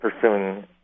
pursuing